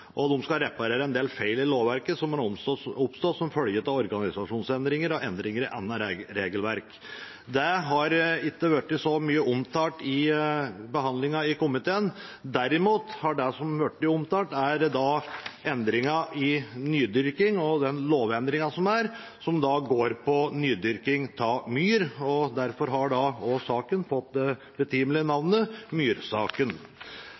og de skal reparere en del feil i lovverket som har oppstått som følge av organisasjonsendringer og endringer i annet regelverk. Det har ikke blitt så mye omtalt ved behandlingen i komiteen. Det som derimot har blitt omtalt, er lovendringen som går på nydyrking av myr. Derfor har også saken fått det